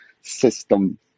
system